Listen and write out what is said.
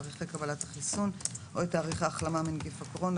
תאריכי קבלת החיסון...או את תאריך ההחלמה מנגיף הקורונה,